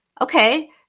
Okay